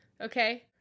Okay